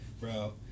Bro